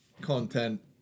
content